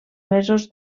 mesos